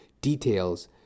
Details